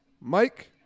Mike